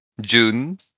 June